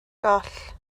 goll